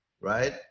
right